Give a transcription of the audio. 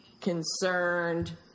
concerned